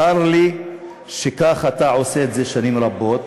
צר לי שכך אתה עושה שנים רבות,